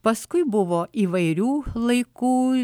paskui buvo įvairių laikų